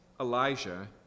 Elijah